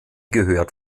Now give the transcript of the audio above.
gehört